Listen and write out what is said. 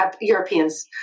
europeans